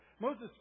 Moses